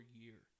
year